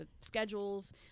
schedules